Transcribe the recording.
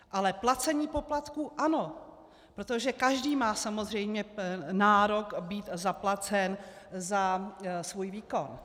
Ale placení poplatků ano, protože každý má samozřejmě nárok být zaplacen za svůj výkon.